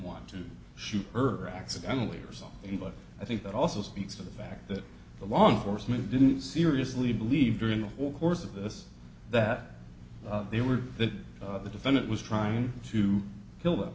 want to shoot her accidentally or saw him but i think that also speaks to the fact that the law enforcement didn't seriously believe during the course of this that they were that the defendant was trying to kill them